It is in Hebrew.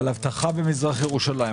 אבל אבטחה במזרח ירושלים,